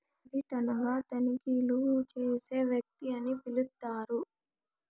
audit అనగా తనిఖీలు చేసే వ్యక్తి అని పిలుత్తారు